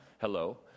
Hello